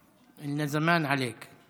(אומר בערבית: הגיע הזמן שלך.)